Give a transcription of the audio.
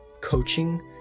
coaching